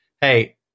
hey